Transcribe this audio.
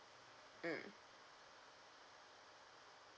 mm